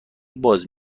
باز